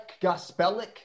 Gospelic